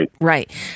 right